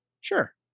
Sure